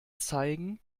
zeigen